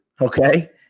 Okay